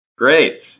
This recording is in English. Great